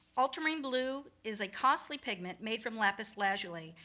ultramarine blue is a costly, pigment made from lapis lazuli,